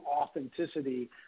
authenticity